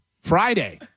Friday